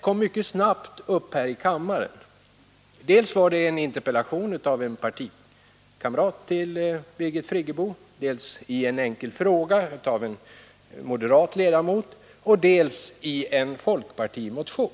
kom mycket snabbt upp här i kammaren dels i en interpellation av en partikamrat till Birgit Friggebo, dels i en fråga av en moderat ledamot, dels också i en folkpartimotion.